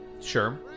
Sure